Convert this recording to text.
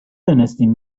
دانستیم